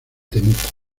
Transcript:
temuco